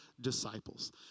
disciples